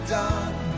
done